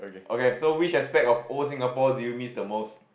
okay whi~ which aspect of old Singapore do you miss the most